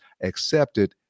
accepted